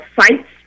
sites